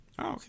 Okay